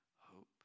hope